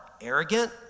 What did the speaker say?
arrogant